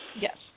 Yes